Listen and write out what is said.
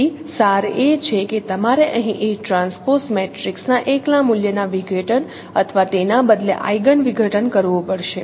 તેથી સાર એ છે કે તમારે અહીં AT મેટ્રિક્સના એકલા મૂલ્યના વિઘટન અથવા તેના બદલે આઇગન વિઘટન કરવું પડશે